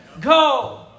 go